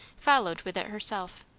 followed with it herself.